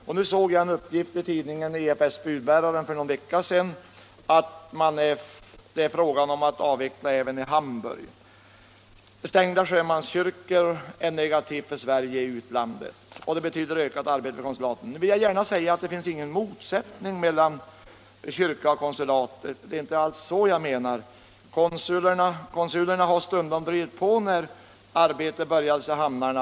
Vidare såg jag en uppgift i tidningen EFS-Budbäraren för någon vecka sedan att det är fråga om att avveckla även i Hamburg. Stängda sjömanskyrkor är en negativ faktor för svenska intressen i utlandet, och det betyder ökat arbete för konsulaten. Det är inte heller någon motsättning mellan sjömanskyrka och konsulat. Konsulerna har stundom drivit på när det kyrkliga arbetet började i hamnarna.